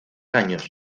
años